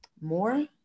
more